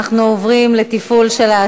אנחנו עוברים להצבעה.